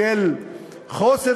של חוסר